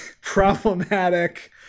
problematic